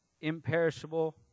Imperishable